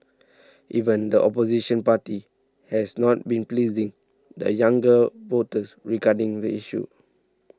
even the opposition party has not been pleasing the younger voters regarding the issue